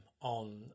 on